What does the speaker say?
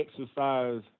exercise